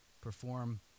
perform